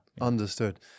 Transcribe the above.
understood